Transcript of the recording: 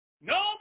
No